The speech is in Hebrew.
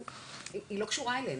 היא לא קשורה אלינו,